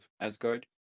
Asgard